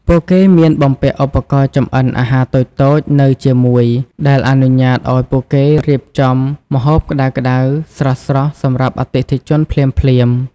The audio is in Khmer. ពួកគេមានបំពាក់ឧបករណ៍ចម្អិនអាហារតូចៗនៅជាមួយ ដែលអនុញ្ញាតឱ្យពួកគេរៀបចំម្ហូបក្តៅៗស្រស់ៗសម្រាប់អតិថិជនភ្លាមៗ។